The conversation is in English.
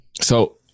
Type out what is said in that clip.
So-